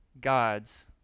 God's